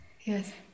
Yes